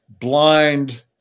blind